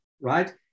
right